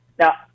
Now